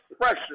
pressure